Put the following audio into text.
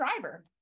driver